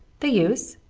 the use?